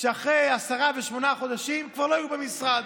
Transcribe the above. שאחרי עשרה או שמונה חודשים כבר לא יהיו במשרד.